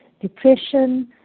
depression